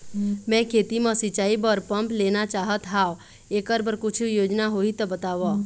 मैं खेती म सिचाई बर पंप लेना चाहत हाव, एकर बर कुछू योजना होही त बताव?